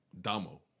Damo